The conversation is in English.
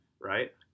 right